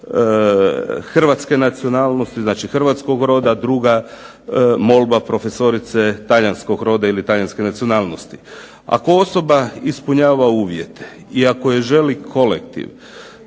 hrvatske nacionalnosti, znači hrvatskog roda, druga molba prof. talijanskog roda ili talijanske nacionalnosti. Ako osoba ispunjava uvjete i ako je želi kolektiv